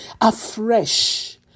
afresh